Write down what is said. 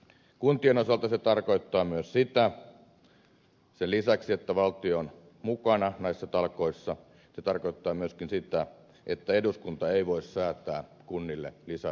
kuntien osalta se tarkoittaa sen lisäksi että valtio on mukana näissä talkoissa myös sitä että eduskunta ei voi säätää kunnille lisävelvoitteita